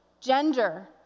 gender